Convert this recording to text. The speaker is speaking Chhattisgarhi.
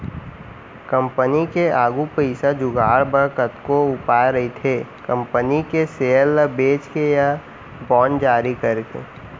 कंपनी के आघू पइसा जुगाड़ बर कतको उपाय रहिथे कंपनी के सेयर ल बेंच के या बांड जारी करके